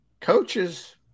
Coaches